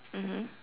mmhmm